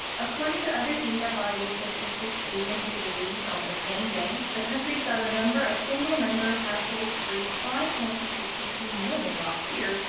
according to other data by the statistics agency released on the same day, the country saw the number of single-member households reach five point six two million last year,